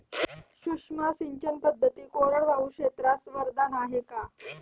सूक्ष्म सिंचन पद्धती कोरडवाहू क्षेत्रास वरदान आहे का?